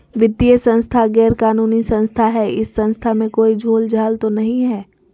वित्तीय संस्था गैर कानूनी संस्था है इस संस्था में कोई झोलझाल तो नहीं है?